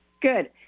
Good